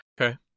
Okay